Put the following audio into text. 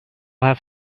have